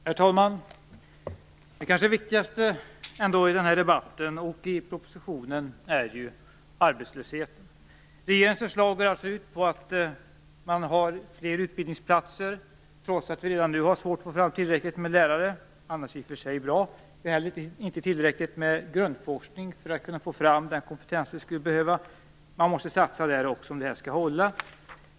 Herr talman! Det kanske viktigaste i den här debatten och i propositionen är ju arbetslösheten. Regeringens förslag går ut på att skapa fler utbildningsplatser trots att vi redan nu har svårt att få fram tillräckligt med lärare. Annars är det i och för sig ett bra förslag. Vi har inte tillräckligt med grundforskning för att kunna få fram den kompetens vi skulle behöva. Man måste satsa där också om detta skall hålla.